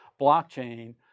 blockchain